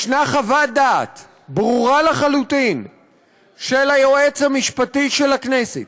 יש חוות דעת ברורה לחלוטין של היועץ המשפטי של הכנסת,